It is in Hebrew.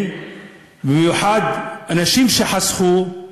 במיוחד אנשים שחסכו,